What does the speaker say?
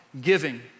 giving